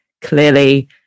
Clearly